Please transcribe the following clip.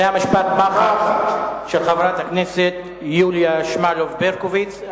זה היה משפט מחץ של חברת הכנסת יוליה שמאלוב-ברקוביץ.